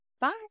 Bye